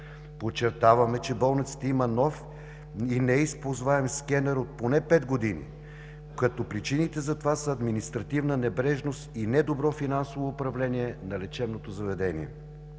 Подчертаваме, че болницата има нов и неизползваем скенер от поне 5 години, като причините за това са административна небрежност и недобро финансово управление на лечебното заведение.